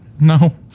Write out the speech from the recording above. no